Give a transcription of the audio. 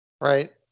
right